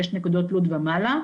שש נקודות תלות ומעלה,